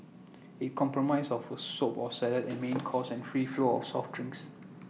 IT compromise of A soup or salad A main course and free flow of soft drinks